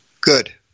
good